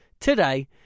today